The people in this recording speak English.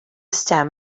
stem